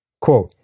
Quote